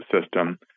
system